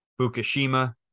Fukushima